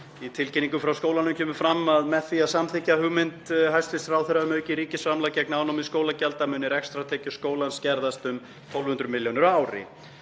Í tilkynningu frá skólanum kemur fram að með því að samþykkja hugmynd hæstv. ráðherra um aukið ríkisframlag gegn afnámi skólagjalda myndu rekstrartekjur skólans skerðast um 1.200 milljónir á ári.